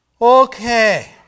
Okay